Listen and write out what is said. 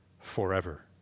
forever